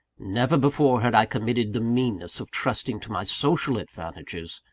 never before had i committed the meanness of trusting to my social advantages,